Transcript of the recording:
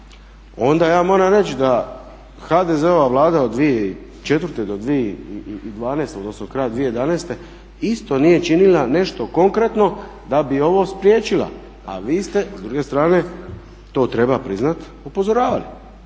onda ja moram reći da HDZ-ova Vlada od 2004. do 2012., odnosno kraja 2011. isto nije činila nešto konkretno da bi ovo spriječila. A vi ste s druge strane, to treba priznati, upozoravali.